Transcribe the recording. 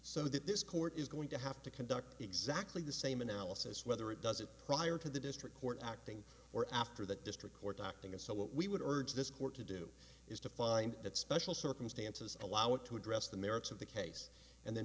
that this court is going to have to conduct exactly the same analysis whether it does it prior to the district court acting or after the district court acting and so what we would urge this court to do is to find that special circumstances allow it to address the merits of the case and then